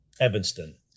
Evanston